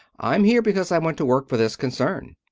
i'm here because i want to work for this concern.